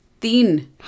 Three